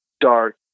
dark